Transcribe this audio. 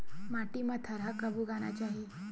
माटी मा थरहा कब उगाना चाहिए?